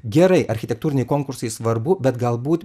gerai architektūriniai konkursai svarbu bet galbūt